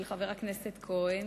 של חבר הכנסת כהן,